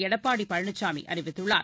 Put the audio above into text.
எடப்பாடி பழனிசாமி அறிவித்துள்ளார்